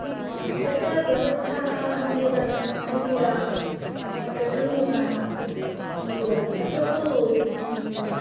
तत्र व्यवस्थाः अनुकूलम् अनु अनुकूलानि अत्यन्तं न्यूनाः आसन् अनुकूलानि अत्र तु